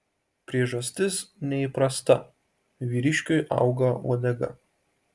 priežastis neįprasta vyriškiui auga uodega